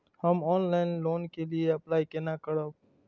हम online loan के लिए अप्लाई केना करब?